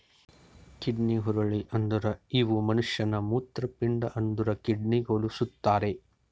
kidney ಹುರುಳಿ ಅಂದುರ್ ಇವು ಮನುಷ್ಯನ ಮೂತ್ರಪಿಂಡ ಅಂದುರ್ ಕಿಡ್ನಿಗ್ ಹೊಲುಸ್ತಾರ್